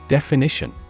Definition